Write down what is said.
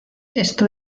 esto